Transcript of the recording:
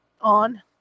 on